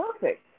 perfect